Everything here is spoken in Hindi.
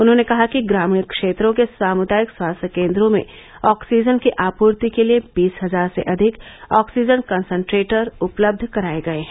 उन्होंने कहा कि ग्रामीण क्षेत्रों के सामुदायिक स्वास्थ्य केन्द्रों में ऑक्सीजन की आपूर्ति के लिये बीस हजार से अधिक ऑक्सीजन कंसंट्रेटर उपलब्ध कराये गये हैं